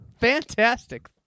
fantastic